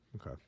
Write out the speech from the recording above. Okay